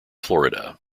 florida